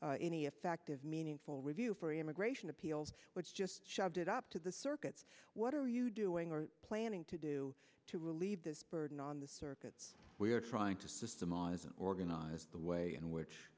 any effective meaningful review for immigration appeals which just shoved it up to the circuits what are you doing or planning to do to relieve this burden on the circuits we are trying to organize the way in